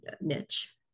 niche